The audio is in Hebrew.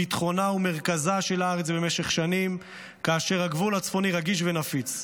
ביטחונה ומרכזה של הארץ במשך שנים כאשר הגבול הצפוני רגיש ונפיץ.